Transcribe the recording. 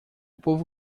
povo